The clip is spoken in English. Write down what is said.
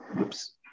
Oops